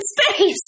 space